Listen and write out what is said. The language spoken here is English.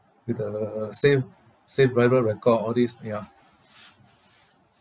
with the safe safe driver record all these ya